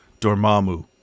Dormammu